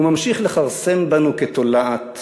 הוא ממשיך לכרסם בנו כתולעת.